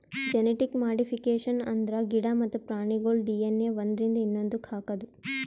genetic modification ಅಂದ್ರ ಗಿಡ ಮತ್ತ್ ಪ್ರಾಣಿಗೋಳ್ ಡಿ.ಎನ್.ಎ ಒಂದ್ರಿಂದ ಇನ್ನೊಂದಕ್ಕ್ ಹಾಕದು